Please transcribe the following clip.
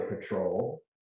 patrol